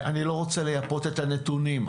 אני לא רוצה לייפות את הנתונים.